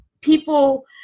people